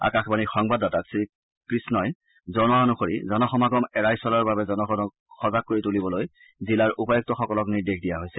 আকাশবাণীৰ সংবাদদাতাক শ্ৰীকৃষ্ণই জনোৱা অনুসৰি জন সমাগম এৰাই চলাৰ বাবে জনগণক সজাগ কৰি তুলিবলৈ জিলাৰ উপায়ুক্তসকলক নিৰ্দেশ দিয়া হৈছে